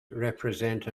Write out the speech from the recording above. represent